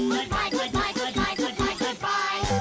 bye, goodbye, goodbye, goodbye goodbye,